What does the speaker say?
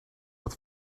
uit